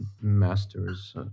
masters